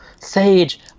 Sage